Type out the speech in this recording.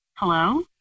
Hello